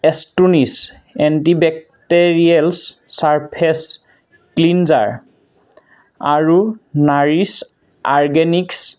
Astonish antibacterial surface cleanser আৰু Nourish organics